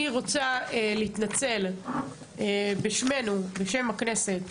אני רוצה להתנצל בשמנו, בשם הכנסת,